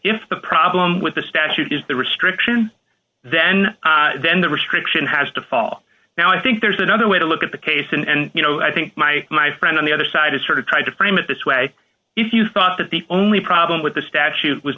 if the problem with the statute is the restriction then then the restriction has to fall now i think there's another way to look at the case and you know i think my my friend on the other side is sort of trying to frame it this way if you thought that the only problem with the statute was